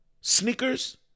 sneakers